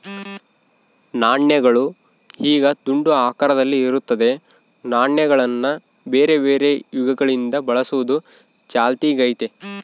ನಾಣ್ಯಗಳು ಈಗ ದುಂಡು ಆಕಾರದಲ್ಲಿ ಇರುತ್ತದೆ, ನಾಣ್ಯಗಳನ್ನ ಬೇರೆಬೇರೆ ಯುಗಗಳಿಂದ ಬಳಸುವುದು ಚಾಲ್ತಿಗೈತೆ